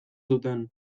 zuten